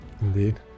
Indeed